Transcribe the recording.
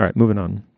um moving on.